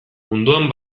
munduan